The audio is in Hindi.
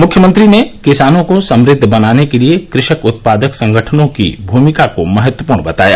मुख्यमंत्री ने किसानों को समृद्ध बनाने के लिए कृषक उत्पादक संगठनों की भूमिका को महत्वपूर्ण बताया